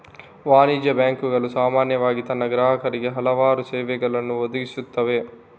ವಾಣಿಜ್ಯ ಬ್ಯಾಂಕುಗಳು ಸಾಮಾನ್ಯವಾಗಿ ತನ್ನ ಗ್ರಾಹಕರಿಗೆ ಹಲವಾರು ಸೇವೆಗಳನ್ನು ಒದಗಿಸುತ್ತವೆ